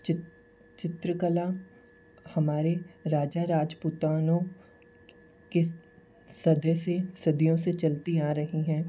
चित्रकला हमारे राजा राजपूतानों के सदस्य सदियों से चलती आ रही हैं